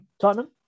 Tottenham